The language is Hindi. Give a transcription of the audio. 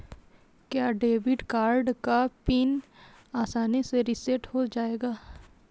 क्या डेबिट कार्ड का पिन आसानी से रीसेट हो जाएगा?